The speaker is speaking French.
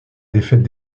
défaite